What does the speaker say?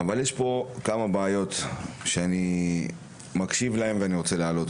אבל יש כמה בעיות שאני רוצה להעלות.